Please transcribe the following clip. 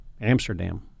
Amsterdam